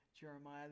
Jeremiah